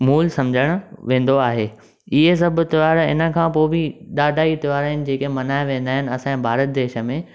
मूलु समझण वेंदो आहे इहे सब त्यौहार हिन खां पोइ बि ॾाढा ही त्यौहार आहिनि जेके मल्हाया वेंदा आहिनि असां जे भारत देश में